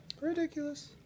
Ridiculous